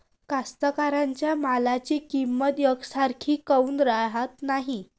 कास्तकाराइच्या मालाची किंमत यकसारखी काऊन राहत नाई?